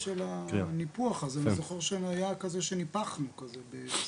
אני זוכר שהיה כזה שניפחנו בשקית.